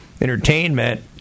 entertainment